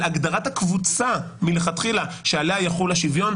הגדרת הקבוצה מלכתחילה שעליה יחול השוויון,